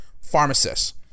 Pharmacists